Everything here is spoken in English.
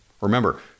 Remember